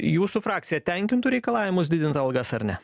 jūsų frakcija tenkintų reikalavimus didint algas ar ne